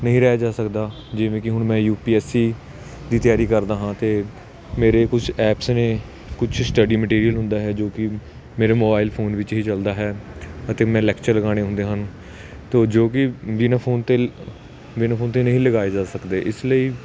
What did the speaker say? ਨਹੀਂ ਰਿਹਾ ਜਾ ਸਕਦਾ ਜਿਵੇਂ ਕਿ ਹੁਣ ਮੈਂ ਯੂਪੀਐਸਸੀ ਦੀ ਤਿਆਰੀ ਕਰਦਾ ਹਾਂ ਅਤੇ ਮੇਰੇ ਕੁਝ ਐਪਸ ਨੇ ਕੁਝ ਸਟਡੀ ਮਟੀਰੀਅਲ ਹੁੰਦਾ ਹੈ ਜੋ ਕਿ ਮੇਰੇ ਮੋਬਾਈਲ ਫੋਨ ਵਿੱਚ ਹੀ ਚੱਲਦਾ ਹੈ ਅਤੇ ਮੈਂ ਲੈਕਚਰ ਲਗਾਉਣੇ ਹੁੰਦੇ ਹਨ ਤੋ ਜੋ ਕਿ ਬਿਨਾਂ ਫੋਨ ਤੋਂ ਬਿਨਾਂ ਫੋਨ ਤੋਂ ਨਹੀਂ ਲਗਾਏ ਜਾ ਸਕਦੇ ਇਸ ਲਈ